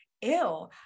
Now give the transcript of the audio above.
ew